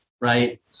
Right